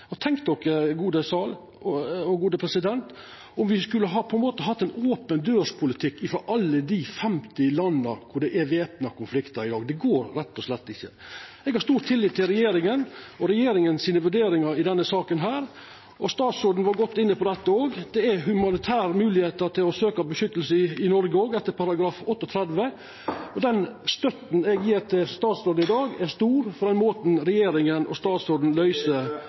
gode sal og gode president, om me skulle hatt ein open dør-politikk for alle dei 50 landa der det er væpna konflikt i dag. Det går rett og slett ikkje. Eg har stor tillit til regjeringa og til regjeringas vurderingar i denne saka. Statsråden var òg inne på dette. Det er moglegheiter til å søkja om beskyttelse i Noreg av humanitære omsyn, etter § 38. Den støtta eg gjev til statsråden i dag, er stor – til måten regjeringa og statsråden løyser